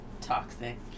Toxic